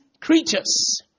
creatures